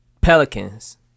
Pelicans